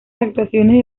actuaciones